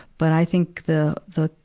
but i think the, the,